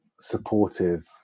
supportive